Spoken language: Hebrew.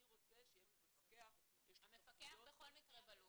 אני רוצה שיהיה מפקח --- המפקח בכל מקרה בלופ,